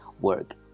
work